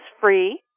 free